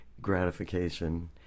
gratification